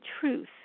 truth